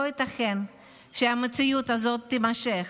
לא ייתכן שהמציאות הזאת תימשך.